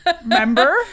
Remember